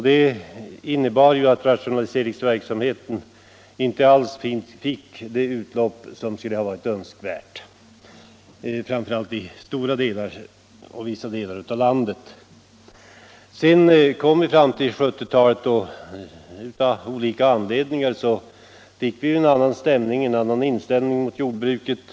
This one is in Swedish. Det innebar att rationaliseringsverksamheten inte alls fick det utlopp som skulle ha varit önskvärt, framför allt i vissa delar av landet. När vi sedan kom fram till 1970-talet blev det av olika anledningar en helt annan inställning till jordbruket.